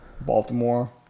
Baltimore